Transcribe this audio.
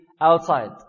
outside